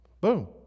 boom